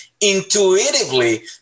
intuitively